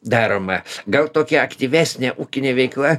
daroma gal tokia aktyvesnė ūkinė veikla